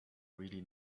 really